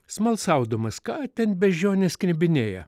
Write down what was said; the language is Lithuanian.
smalsaudamas ką ten beždžionės knibinėja